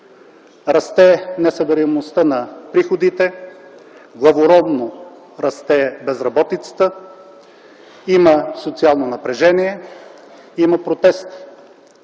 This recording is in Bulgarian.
расте несъбираемостта на приходите; главоломно расте безработицата; има социално напрежение; има протести.